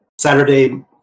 Saturday